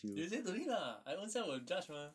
you read to me lah I ownself will judge mah